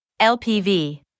LPV